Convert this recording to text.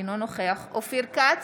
אינו נוכח אופיר כץ,